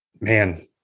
man